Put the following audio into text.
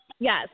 Yes